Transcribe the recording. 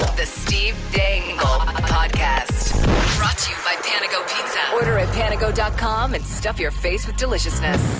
the steve dangle podcast brought to you by panago pizza. order at panago dot com and stuff your face with deliciousness.